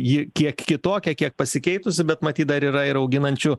ji kiek kitokia kiek pasikeitusi bet matyt dar yra ir auginančių